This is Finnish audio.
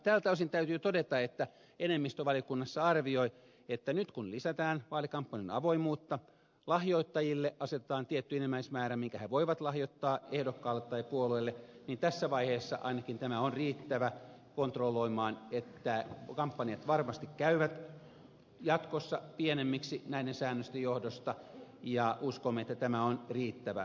tältä osin täytyy todeta että enemmistö valiokunnassa arvioi että nyt kun lisätään vaalikampanjaan avoimuutta lahjoittajille asetetaan tietty enimmäismäärä minkä he voivat lahjoittaa ehdokkaalle tai puolueelle niin tässä vaiheessa ainakin tämä on riittävä kontrolloimaan että kampanjat varmasti käyvät jatkossa pienemmiksi näiden säännösten johdosta ja uskomme että tämä on riittävä